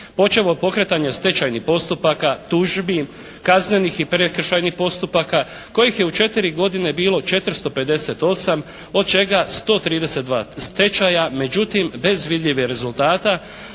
počev od pokretanja stečajnih postupaka, tužbi, kaznenih i prekršajnih postupaka koji je u 4 godine bilo 458 od čega 132 stečaja međutim bez vidljivih rezultata.